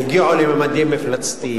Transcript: הגיעו לממדים מפלצתיים.